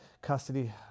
custody